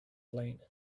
plane